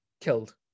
killed